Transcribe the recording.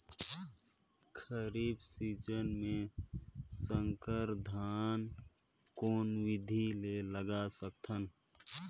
खरीफ season मे संकर धान कोन विधि ले लगा सकथन?